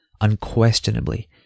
unquestionably